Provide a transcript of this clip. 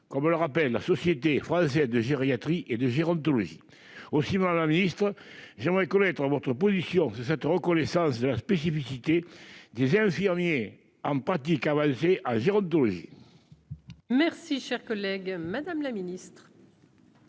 comme le rappelle la Société française de gériatrie et de gérontologie. Aussi, madame la ministre, j'aimerais connaître votre position sur la reconnaissance de la spécificité des infirmiers en pratique avancée en gérontologie. La parole est à Mme la ministre